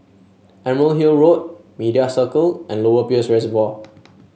Emerald Hill Road Media Circle and Lower Peirce Reservoir